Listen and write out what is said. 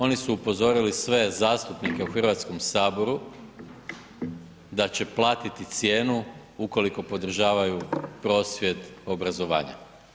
Oni su upozorili sve zastupnike u Hrvatskom saboru da će platiti cijenu ukoliko podržavaju prosvjed obrazovanja.